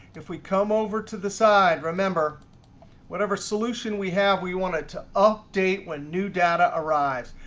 if we come over to the side, remember whatever solution we have, we want it to update when new data arrives.